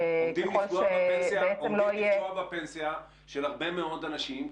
עומדים לפגוע בפנסיה של הרבה מאוד אנשים.